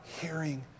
hearing